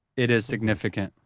it is significant.